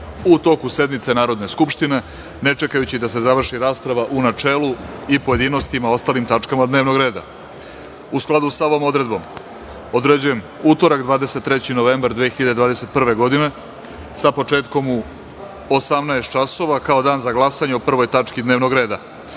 u toku sednice Narodne skupštine, ne čekajući da se završi rasprava u načelu i pojedinostima o ostalim tačkama dnevnog reda.U skladu sa ovom odredbom, određujem utorak, 23. novembar 2021. godine, sa početkom u 18.00 časova, kao Dan za glasanje o 1. tački dnevnog reda